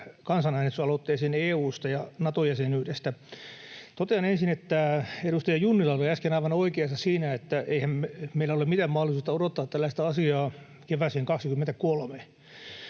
kansanäänestysaloitteeseen EU:sta ja Nato-jäsenyydestä. Totean ensin, että edustaja Junnila oli äsken aivan oikeassa siinä, että eihän meillä ole mitään mahdollisuutta odottaa tällaista asiaa kevääseen 23.